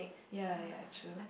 ya ya true